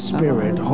Spirit